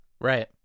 Right